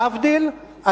להבדיל,